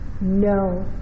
no